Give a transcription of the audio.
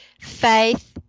faith